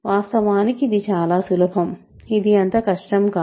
వాస్తవానికి ఇది చాలా సులభం ఇది అంత కష్టం కాదు